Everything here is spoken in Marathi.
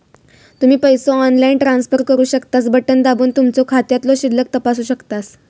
तुम्ही पसो ऑनलाईन ट्रान्सफर करू शकतास, बटण दाबून तुमचो खात्यातलो शिल्लक तपासू शकतास